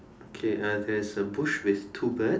okay uh there's a bush with two birds